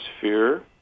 fear